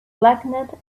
blackened